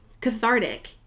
Cathartic